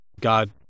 God